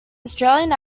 australian